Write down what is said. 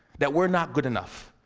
that we're not good enough.